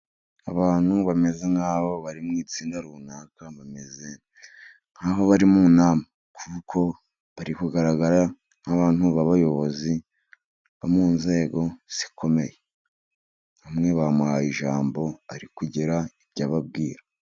Abantu bameze nk'aho bari mu itsinda runaka, bameze nk'aho bari mu nama, kuko bari kugaragara nk'abantu b'abayobozi bo mu nzego zikomeye, umwe bamuhaye ijambo ari kugira ibyo ababwira.